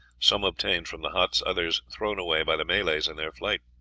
some obtained from the huts, others thrown away by the malays in their flight.